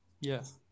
Yes